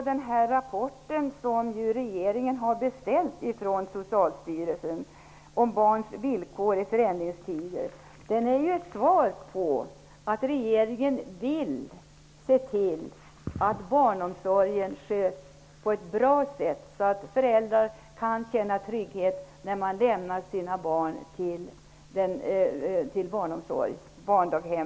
Den rapport som regeringen har beställt från Socialstyrelsen om barns villkor i förändringstider är ett bevis på att regeringen vill se till att barnomsorgen sköts på ett bra sätt, så att föräldrar kan känna trygghet när de lämnar sina barn till barndaghem.